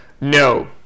no